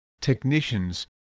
technicians